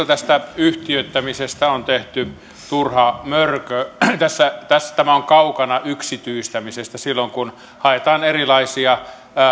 tästä yhtiöittämisestä on tehty turha mörkö tämä on kaukana yksityistämisestä silloin kun haetaan erilaisia